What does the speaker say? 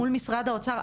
מול משרד האוצר.